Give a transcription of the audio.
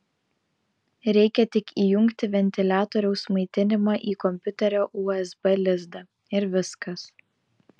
reikia tik įjungti ventiliatoriaus maitinimą į kompiuterio usb lizdą ir viskas